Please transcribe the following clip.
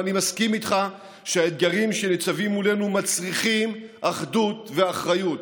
ואני מסכים איתך שהאתגרים שניצבים מולנו מצריכים אחדות ואחריות.